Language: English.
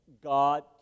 God